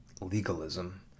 legalism